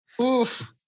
Oof